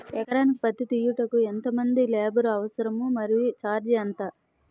ఎకరానికి పత్తి తీయుటకు ఎంత మంది లేబర్ అవసరం? మరియు ఛార్జ్ ఎంత?